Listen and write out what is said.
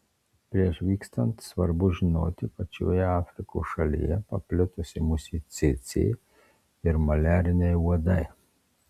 prieš vykstant svarbu žinoti kad šioje afrikos šalyje paplitusi musė cėcė ir maliariniai uodai